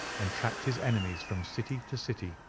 and tracked his enemies from city to city,